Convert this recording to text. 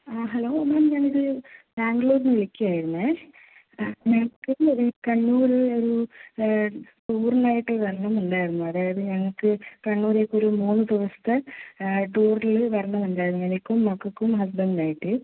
ആ hello ma'am ഞാനിത് ബാംഗ്ലൂരിൽ നിന്ന് വിളിക്കുകയായിരുന്നേ ആ ഞങ്ങൾക്ക് ഒന്ന് ഒരു കണ്ണൂരൊരു ടൂറിനായിട്ട് വരണമെന്ന് ഉണ്ടായിരുന്നു അതായത് ഞങ്ങൾക്ക് കണ്ണൂരിലേക്ക് ഒരു മൂന്ന് ദിവസത്തെ ടൂറിൽ വരണം ഉണ്ടായിരുന്നു എനിക്കും മക്കൾക്കും ഹസ്ബൻഡിനായിട്ട്